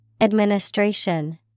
Administration